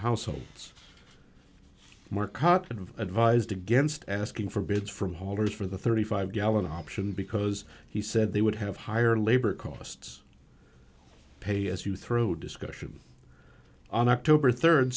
households mark cotton of advised against asking for bids from holders for the thirty five gallon option because he said they would have higher labor costs pay as you throw discussion on october third